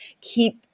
keep